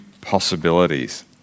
possibilities